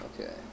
Okay